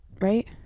right